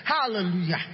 Hallelujah